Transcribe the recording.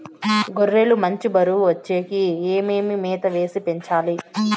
గొర్రె లు మంచి బరువు వచ్చేకి ఏమేమి మేత వేసి పెంచాలి?